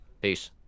Peace